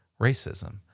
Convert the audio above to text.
racism